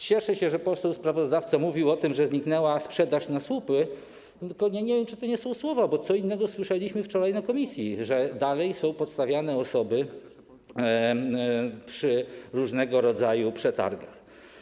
Cieszę się, że poseł sprawozdawca mówił o tym, że zniknęła sprzedaż na słupy, tylko nie wiem, czy to nie są słowa, bo co innego słyszeliśmy wczoraj w komisji - że dalej są podstawiane osoby przy różnego rodzaju przetargach.